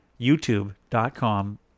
youtube.com